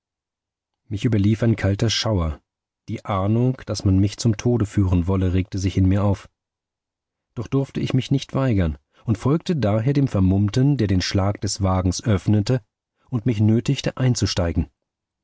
mich überlief ein kalter schauer die ahnung daß man mich zum tode führen wolle regte sich in mir auf doch durfte ich mich nicht weigern und folgte daher dem vermummten der den schlag des wagens öffnete und mich nötigte einzusteigen